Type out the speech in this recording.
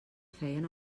feien